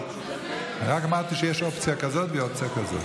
רק אמרתי שיש אופציה כזאת ואופציה כזאת.